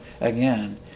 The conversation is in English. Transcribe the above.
again